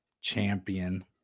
champion